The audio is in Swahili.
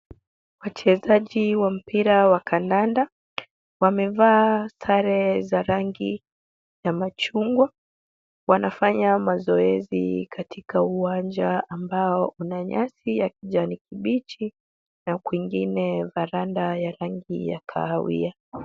Wachezaji wa mpira wa kandanda. Wamevaa sare za rangi ya machungwa. Wanafanya mazoezi katika uwanja ambao una nyasi ya kijani kibichi na kwingine varanda ya rangi ya kahawia.